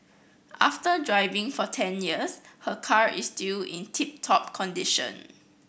after driving for ten years her car is still in tip top condition